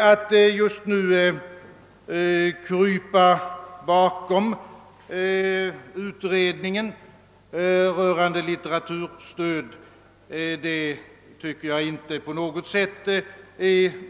Att just nu krypa bakom utredningen rörande litteraturstöd finner jag inte på något sätt